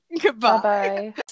Goodbye